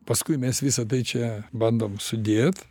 paskui mes visą tai čia bandom sudėt